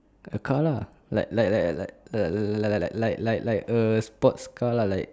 a car lah like like like like like like like like like a sports car lah like